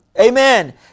Amen